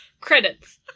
Credits